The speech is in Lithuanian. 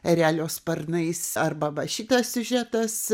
erelio sparnais arba va šitas siužetas